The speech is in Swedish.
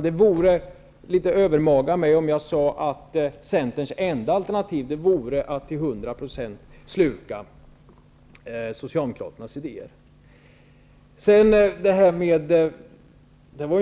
Det vore litet övermaga av mig att säga att Centerns enda alternativ vore att till 100 % sluka Vi fick nyss höra